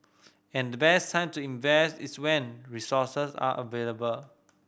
and the best time to invest is when resources are available